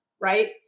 Right